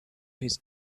his